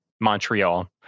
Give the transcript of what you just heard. Montreal